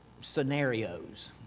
scenarios